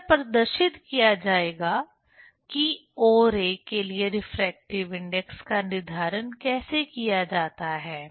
तो यह प्रदर्शित किया जाएगा कि ओ रे के लिए रिफ्रैक्टिव इंडेक्स का निर्धारण कैसे किया जाता है